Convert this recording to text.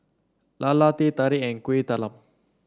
lala Teh Tarik and Kueh Talam